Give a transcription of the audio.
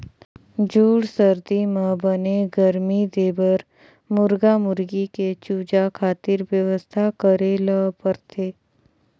जूड़ सरदी म बने गरमी देबर मुरगा मुरगी के चूजा खातिर बेवस्था करे ल परथे